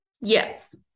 Yes